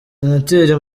senateri